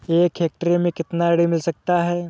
एक हेक्टेयर में कितना ऋण मिल सकता है?